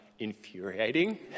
infuriating